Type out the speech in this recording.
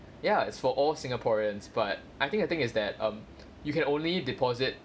ya it's for all singaporeans but I think the thing is that um you can only deposit